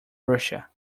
russia